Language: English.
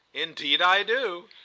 indeed i do!